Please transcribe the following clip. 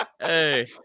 Hey